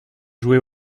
jouer